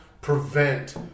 prevent